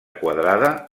quadrada